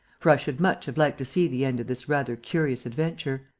for i should much have liked to see the end of this rather curious adventure.